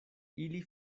ili